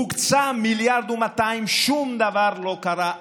הוקצו 1.2 מיליארד, שום דבר לא קרה.